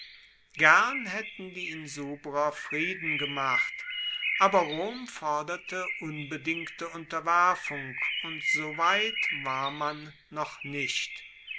gern haetten die insubrer frieden gemacht aber rom forderte unbedingte unterwerfung und so weit war man noch nicht